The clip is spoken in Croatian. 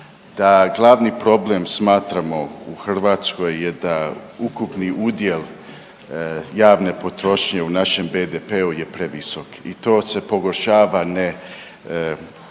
da glavni problem smatramo u Hrvatskoj je da ukupni udjel javne potrošnje u našem BDP-u je previsok i to se pogoršava ne